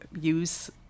use